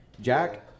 Jack